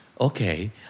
Okay